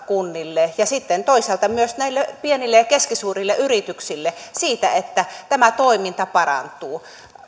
kunnille ja sitten toisaalta myös näille pienille ja ja keskisuurille yrityksille siitä että tämä toiminta parantuu